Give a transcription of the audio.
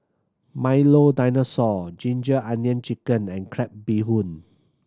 Milo Dinosaur ginger onion chicken and crab bee hoon